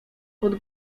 pod